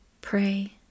Pray